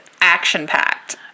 action-packed